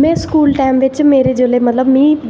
में school time बिच्च में मतलव